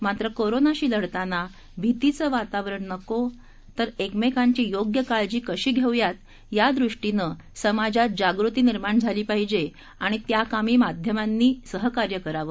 मात्र कोरोनाशी लढताना भीतीचं वातावरण नको तर एकमेकांची योग्य काळजी कशी घेऊयात यादृष्टीनं समाजात जागृती निर्माण झाली पाहिजे आणि त्या कामी माध्यमांनी सहकार्य करावं